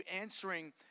answering